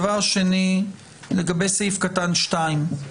דבר שני, לגבי סעיף קטן (2).